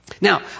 Now